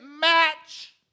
match